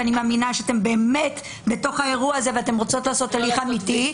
ואני מאמינה שאתן בתוך האירוע הזה ורוצות לעשות הליך אמיתי,